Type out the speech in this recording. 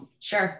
Sure